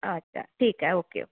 अच्छा ठीक आहे ओके ओके